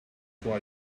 why